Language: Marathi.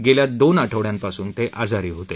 गेल्या दोन आठवड्यांपासून ते आजारी होते